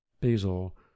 Basil